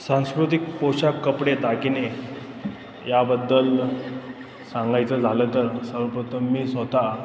सांस्कृतिक पोशाख कपडे दागिने याबद्दल सांगायचं झालं तर सर्वप्रथम मी स्वतः